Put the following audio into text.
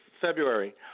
February